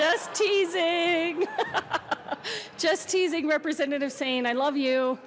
just teasing just teasing representative saying i love you